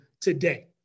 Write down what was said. today